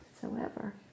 whatsoever